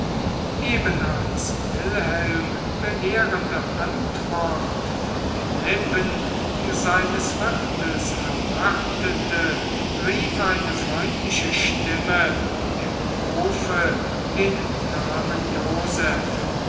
eben als wilhelm belehrende antwort von den lippen seines wirtes erwartete rief eine freundliche stimme im hofe den namen joseph